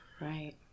Right